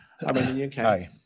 Hi